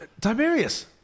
Tiberius